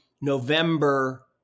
November